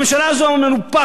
הממשלה הזו מנופחת,